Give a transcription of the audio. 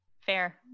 Fair